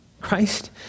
Christ